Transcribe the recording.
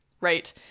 right